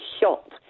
shot